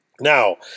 Now